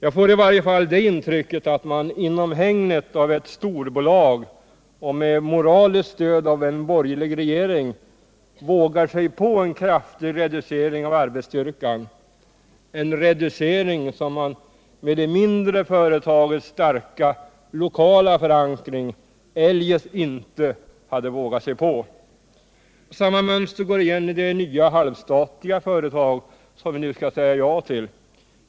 I varje fall jag får det intrycket att man i hägnet av ett storbolag och med moraliskt stöd av en borgerlig regering vågar sig på en kraftig reducering av arbetsstyrkan, en reducering som man med det mindre företagets starka lokala förankring eljest inte hade vågat sig på. Samma mönster går igen i det nya halvstatliga företag som vi nu skall säga ja till.